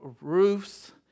roofs